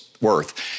worth